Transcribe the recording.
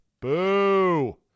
Boo